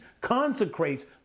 consecrates